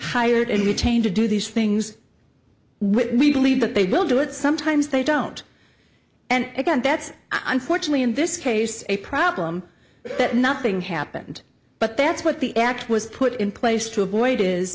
hired and retain to do these things which we believe that they will do it sometimes they don't and again that's unfortunately in this case a problem that nothing happened but that's what the act was put in place to avoid is